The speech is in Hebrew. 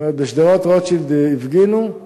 זאת אומרת, בשדרות-רוטשילד הפגינו,